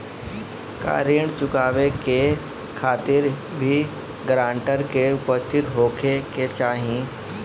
का ऋण चुकावे के खातिर भी ग्रानटर के उपस्थित होखे के चाही?